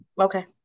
okay